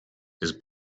his